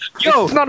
Yo